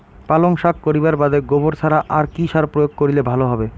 পালং শাক করিবার বাদে গোবর ছাড়া আর কি সার প্রয়োগ করিলে ভালো হবে?